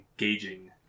engaging